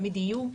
תמיד יהיו.